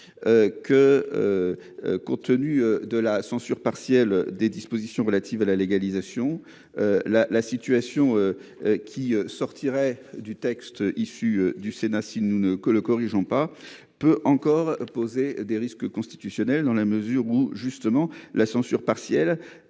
Que. Compte tenu de la censure partielle des dispositions relatives à la légalisation. La la situation. Qui sortirait du texte issu du Sénat. Si nous ne que le corrigeant pas peut encore poser des risques constitutionnels dans la mesure où justement la censure partielle